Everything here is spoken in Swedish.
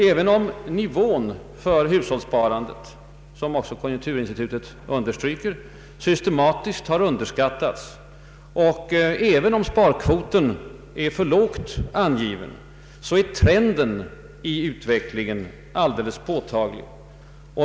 Även om nivån för hushållssparandet — som konjunkturinstitutet även understryker — systematiskt underskattats och även om sparkvoten är för lågt angiven, är trenden i utvecklingen alldeles påtaglig.